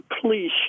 Please